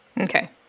Okay